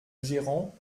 gérant